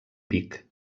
vic